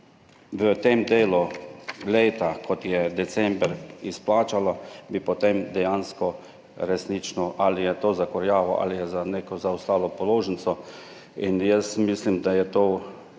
v tem delu leta, ko je december, izplačalo, bi potem dejansko resnično bilo ali za kurjavo ali za neko zaostalo položnico. Jaz mislim, da je to